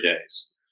days